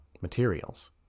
materials